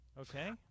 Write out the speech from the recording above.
okay